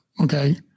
okay